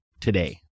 today